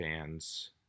fans